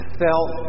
felt